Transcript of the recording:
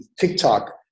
TikTok